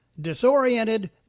disoriented